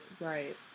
Right